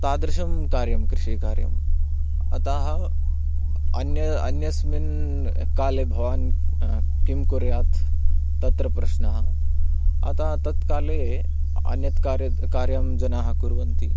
तादृशं कार्यं कृषिकार्यम् अतः अन्य अन्यस्मिन् काले भवान् किं कुर्यात् तत्र प्रश्नः अतः तत्काले अन्यत्कार्य कार्यं जनाः कुर्वन्ति